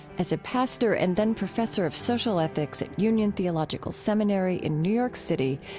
as a pastor and then professor of social ethics at union theological seminary in new york city,